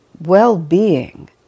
well-being